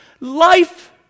life